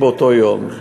באותו היום.